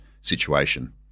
situation